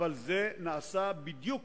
אבל זה נעשה בדיוק